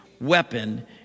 weapon